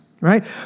right